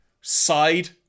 Side